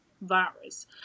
virus